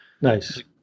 Nice